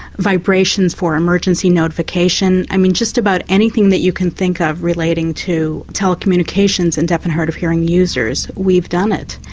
vibrations for emergency notification i mean just about anything that you can think of relating to telecommunications and deaf and hard of hearing users we've done it,